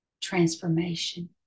transformation